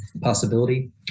possibility